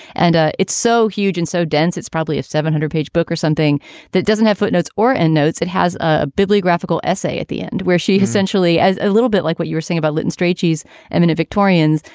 and ah it's so huge and so dense, it's probably a seven hundred page book or something that doesn't have footnotes or and notes. it has a bibliographical essay at the end where she essentially as a little bit like what you're saying about litten straight cheese and many victorians,